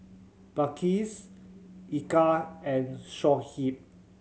Balqis Eka and Shoaib